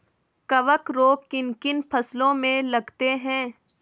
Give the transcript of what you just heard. कवक रोग किन किन फसलों में लगते हैं?